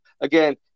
again